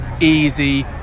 easy